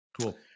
cool